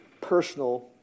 personal